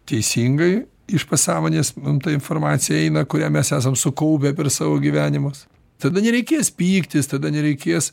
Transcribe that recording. teisingai iš pasąmonės mum ta informacija eina kurią mes esam sukaupę per savo gyvenimus tada nereikės pyktis tada nereikės